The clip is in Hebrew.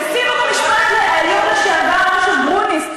נשיא בית-המשפט העליון לשעבר אשר גרוניס,